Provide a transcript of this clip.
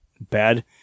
bad